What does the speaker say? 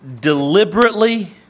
deliberately